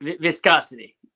viscosity